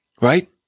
Right